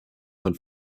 von